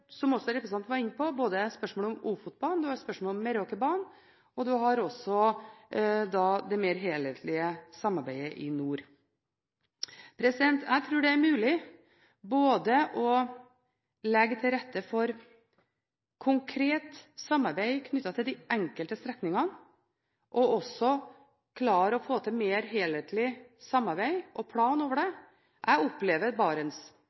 som representanten også var inne på, spørsmålet om Ofotbanen og om Meråkerbanen, og også det mer helhetlige samarbeidet i nord. Jeg tror det er mulig både å legge til rette for konkret samarbeid knyttet til de enkelte strekningene og å klare å få til et mer helhetlig samarbeid og en plan over det. Jeg opplever Barents